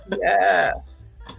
Yes